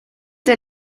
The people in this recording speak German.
der